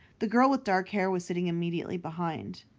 the girl with dark hair was sitting immediately behind.